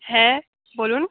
হ্যাঁ বলুন